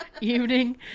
evening